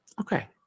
Okay